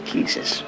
Jesus